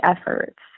efforts